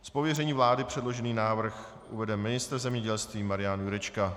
Z pověření vlády předložený návrh uvede ministr zemědělství Marian Jurečka.